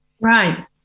Right